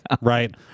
right